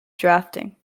drafting